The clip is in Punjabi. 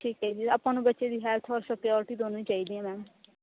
ਠੀਕ ਹੈ ਜੀ ਆਪਾਂ ਨੂੰ ਬੱਚੇ ਦੀ ਹੈਲਥ ਔਰ ਸਿਕਿਉਰਟੀ ਦੋਨੋਂ ਹੀ ਚਾਹੀਦੀਆਂ ਮੈਮ